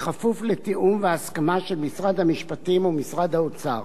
כפוף לתיאום והסכמה של משרד המשפטים ומשרד האוצר.